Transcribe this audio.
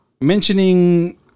mentioning